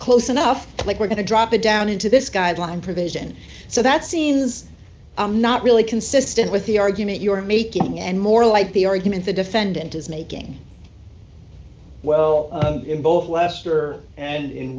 close enough like we're going to drop it down into this guideline provision so that scenes i'm not really consistent with the argument you're making and more like the argument the defendant is making well in both d lester and in